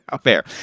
Fair